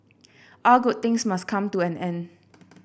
all good things must come to an end